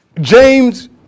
James